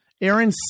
Aaron